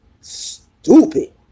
stupid